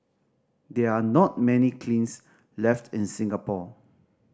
there are not many kilns left in Singapore